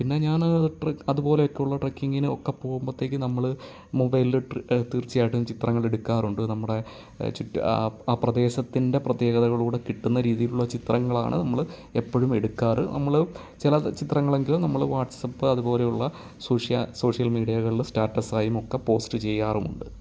പിന്നെ ഞാന് അത് ട്രക്ക് അതുപോലെ ഒക്കെ ഉള്ള ട്രക്കിങ്ങിനു ഒക്കെ പോകുമ്പത്തേക്ക് നമ്മൾ മൊബൈലിൽ തീർച്ചയായിട്ടും ചിത്രങ്ങളെടുക്കാറുണ്ട് നമ്മുടെ ചുറ്റും ആ പ്രദേശത്തിൻ്റെ പ്രത്യേകതകളൂടെ കിട്ടുന്ന രീതിയിലുള്ള ചിത്രങ്ങളാണ് നമ്മൾ എപ്പോഴും എടുക്കാറ് നമ്മൾ ചില ചിത്രങ്ങളെങ്കിലും നമ്മൾ വാട്സ്ആപ്പ് അതുപോലെയുള്ള സോഷ്യ സോഷ്യൽ മീഡിയയകളിൽ സ്റ്റാറ്റസായും ഒക്കെ പോസ്റ്റ് ചെയ്യാറുമുണ്ട്